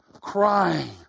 crying